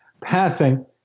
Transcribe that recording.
passing